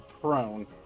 prone